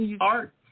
Art